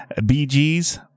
BG's